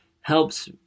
helps